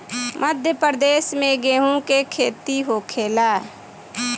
मध्यप्रदेश में गेहू के खेती होखेला